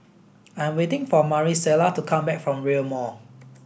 I'm waiting for Marisela to come back from Rail Mall